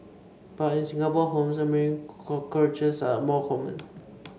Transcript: but in Singapore homes American cockroaches are more common